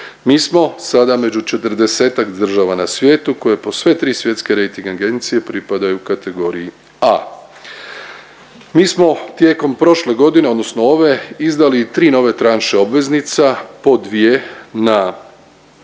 Mi smo sada među četrdesetak država na svijetu koje po sve tri svjetske rejting agencije pripadaju kategoriji A. Mi smo tijekom prošle godine odnosno ove izdali tri nove tranše obveznica, po dvije na